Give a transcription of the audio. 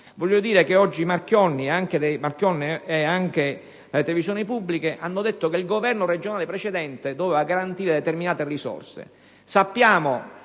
locali. Oggi sia Marchionne che le televisioni pubbliche hanno detto che il Governo regionale precedente doveva garantire determinate risorse.